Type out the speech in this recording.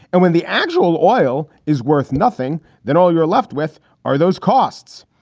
and when the actual oil is worth nothing, then all you're left with are those costs.